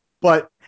but-